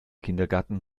kindergarten